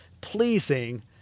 pleasing